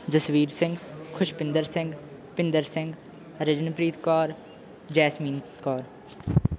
Jasvir Singh Khushpinder Singh Pinder Singh Rijanpreet Kaur Jasmine Kaur